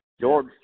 George